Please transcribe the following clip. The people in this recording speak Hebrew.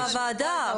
לקבוע הוראות בוועדה.